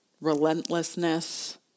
relentlessness